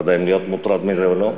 אני לא יודע אם להיות מוטרד מזה או לא.